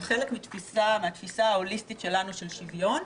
חלק מהתפיסה ההוליסטית שלנו של שוויון.